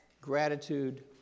gratitude